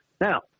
Now